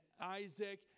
Isaac